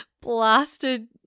blasted